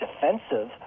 defensive